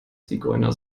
zigeuner